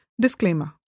Disclaimer